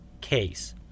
Case